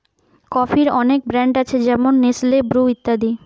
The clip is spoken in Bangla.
কফির অনেক ব্র্যান্ড আছে যেমন নেসলে, ব্রু ইত্যাদি